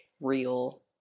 real